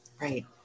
Right